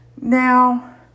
Now